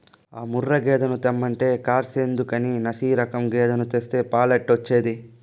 ఆ ముర్రా గేదెను తెమ్మంటే కర్సెందుకని నాశిరకం గేదెను తెస్తే పాలెట్టొచ్చేది